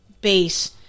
base